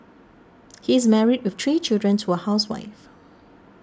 he is married with three children to a housewife